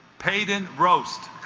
paden roast